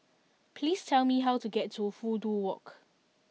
please tell me how to get to Fudu Walk